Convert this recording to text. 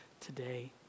today